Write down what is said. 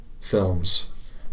films